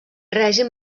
règim